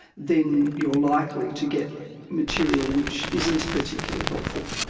then you are likely to get material which isn't particularly helpful.